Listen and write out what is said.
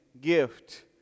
gift